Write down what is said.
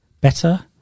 better